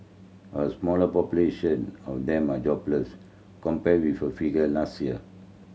a smaller population of them are jobless compared with a figure last year